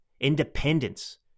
independence